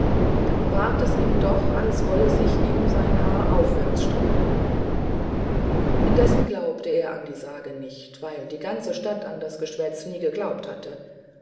dann ward es ihm doch als wolle sich sein haar aufwärts sträuben indessen er glaubte an die sage nicht weil die ganze stadt an das geschwätz nie geglaubt hatte